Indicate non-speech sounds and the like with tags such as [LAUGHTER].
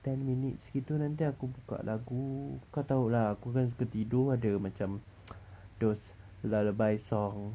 ten minutes gitu nanti aku buka lagu kau tahu lah aku kan suka tidur ada macam [BREATH] [NOISE] those lullaby songs